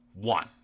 One